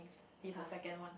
he's the second one